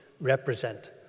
represent